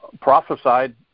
prophesied